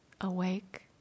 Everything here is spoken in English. awake